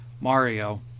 Mario